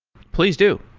please do.